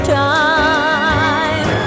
time